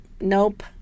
nope